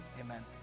Amen